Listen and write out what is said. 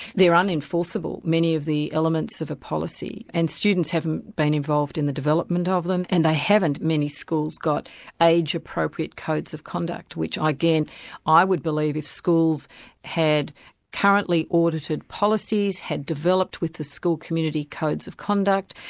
they're unenforceable, many of the elements of a policy, and students haven't been involved in the development of them, and they haven't, many schools, got age-appropriate codes of conduct, which again i would believe if schools had currently audited policies, had developed with the school community codes of conduct,